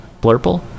blurple